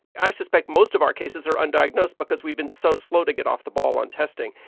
i suspect most of our cases are undiagnosed because we've been so slow to get off the ball on testing.